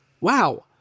Wow